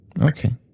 okay